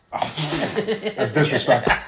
Disrespect